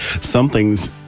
something's